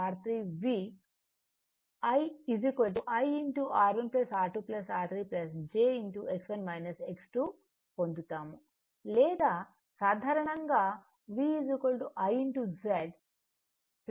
V I R1 R2 R3 j X1 X2 పొందుతాము లేదా సాధారణంగా V I Z I R jX పొందుతారు